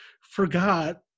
forgot